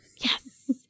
Yes